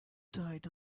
diet